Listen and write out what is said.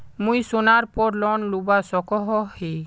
मुई सोनार पोर लोन लुबा सकोहो ही?